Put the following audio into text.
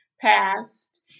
passed